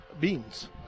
beans